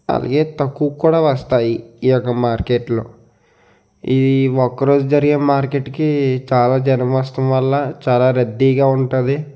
అయ్యే తక్కువ కూడా వస్తాయి ఈ యొక్క మార్కెట్లో ఈ ఒక్కరోజు జరిగే మార్కెట్కి చాలా జనం వస్తుం వల్ల చాలా రద్దీగా ఉంటుంది